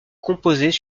composées